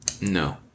No